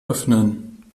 öffnen